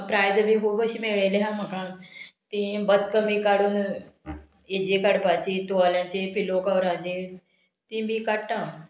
prize बी खूब अशें मेळयलें आहा म्हाका तीं बदकां बी काडून हेजी काडपाची तुवाल्यांची पिलो कवरांची ती बी काडटा हांव